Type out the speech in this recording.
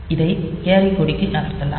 இதை கேரி கொடிக்கு நகர்த்தலாம்